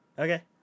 Okay